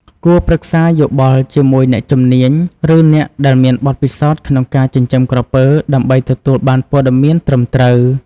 គួរប្រឹក្សាយោបល់ជាមួយអ្នកជំនាញ ឬអ្នកដែលមានបទពិសោធន៍ក្នុងការចិញ្ចឹមក្រពើ ដើម្បីទទួលបានព័ត៌មានត្រឹមត្រូវ។